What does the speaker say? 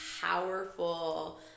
powerful